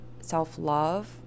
self-love